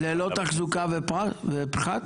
ללא תחזוקה ופחת?